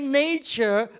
nature